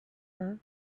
her